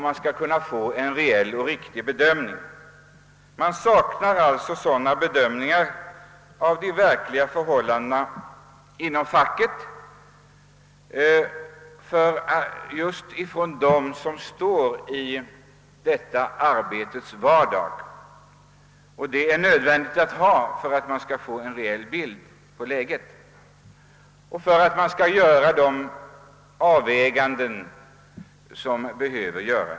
Man tar alltså inte del av de bedömningar som görs beträffande förhållandena inom facket av de personer som står mitt uppe i arbetets vardag, vilket dock är nödvändigt för att man skall kunna få en riktig bild av läget och kunna göra erforderliga avväganden.